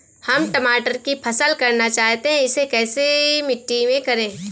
हम टमाटर की फसल करना चाहते हैं इसे कैसी मिट्टी में करें?